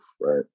right